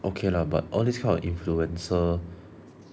okay lah but all this kind of influencer